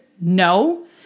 No